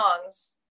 songs